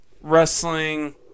wrestling